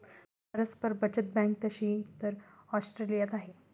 परस्पर बचत बँक तशी तर ऑस्ट्रेलियात आहे